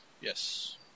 Yes